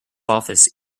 office